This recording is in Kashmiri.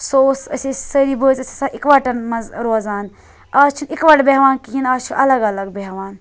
سُہ اوس أسۍ ٲسۍ سٲری بٲژ أسۍ ٲس آسان اِکوۄٹَن مَنٛز روزان آز چھِنہٕ اِکوۄٹہِ بیٚہوان کِہیٖنۍ آز چھِ اَلَگ اَلَگ بیہوان